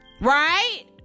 Right